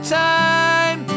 time